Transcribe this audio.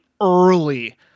early